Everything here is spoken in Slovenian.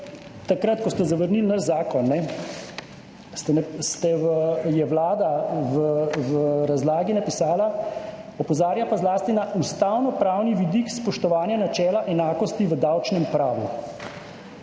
takrat, ko ste zavrnili naš zakon, vlada v razlagi napisala: »Opozarja pa zlasti na ustavnopravni vidik spoštovanja načela enakosti v davčni upravi.«